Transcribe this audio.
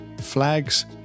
flags